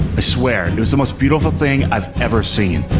swear, it was the most beautiful thing i've ever seen.